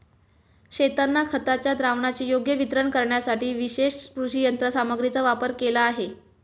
शेतांना खताच्या द्रावणाचे योग्य वितरण करण्यासाठी विशेष कृषी यंत्रसामग्रीचा वापर वाढला आहे